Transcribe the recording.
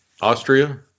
Austria